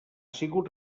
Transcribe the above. sigut